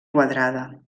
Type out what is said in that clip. quadrada